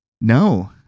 No